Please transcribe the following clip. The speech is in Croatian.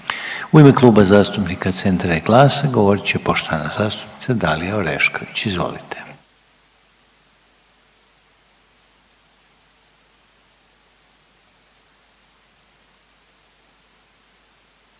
u ime Kluba zastupnika Centra i GLAS-a govoriti poštovana zastupnica Marijana Puljak. Izvolite.